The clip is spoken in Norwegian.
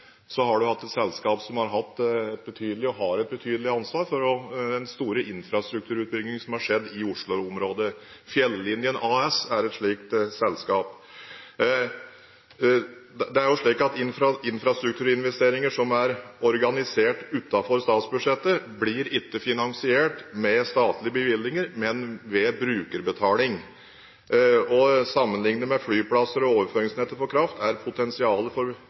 har man hatt et selskap som har hatt og har et betydelig ansvar for den store infrastrukturutbyggingen som har skjedd i Oslo-området. Fjellinjen AS er et slikt selskap. Infrastrukturinvesteringer som er organisert utenfor statsbudsjettet, blir ikke finansiert med statlige bevilgninger, men ved brukerbetaling. Sammenlignet med flyplasser og overføringsnettet for kraft er potensialet for